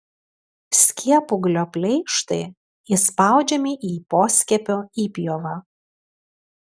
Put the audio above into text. skiepūglio pleištai įspaudžiami į poskiepio įpjovą